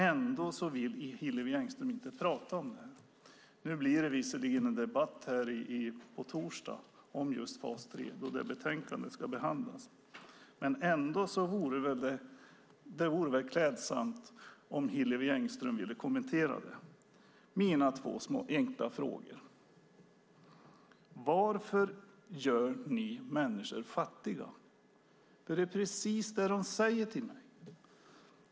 Ändå vill Hillevi Engström inte prata om det. Nu blir det visserligen en debatt här på torsdag om just fas 3 då det betänkandet ska behandlas. Men det vore ändå klädsamt om Hillevi Engström ville kommentera mina två små enkla frågor. Varför gör ni människor fattiga? Det är precis vad de säger till mig.